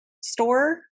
store